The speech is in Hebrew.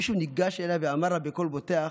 מישהו ניגש אליה ואמר לה בקול בוטח: